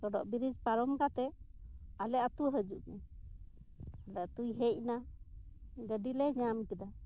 ᱥᱟᱰᱚᱜ bridge ᱯᱟᱨᱚᱢ ᱠᱟᱛᱮᱫ ᱟᱞᱮ ᱟᱛᱳ ᱦᱤᱡᱩᱜ ᱢᱮ ᱟᱫᱚ ᱟᱛᱳᱭ ᱦᱮᱡ ᱮᱱᱟ ᱜᱟᱰᱤᱞᱮ ᱧᱟᱢ ᱠᱮᱫᱟ